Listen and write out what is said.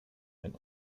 ein